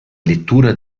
lettura